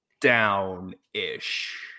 down-ish